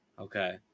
Okay